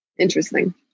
Interesting